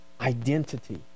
identity